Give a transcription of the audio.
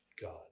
God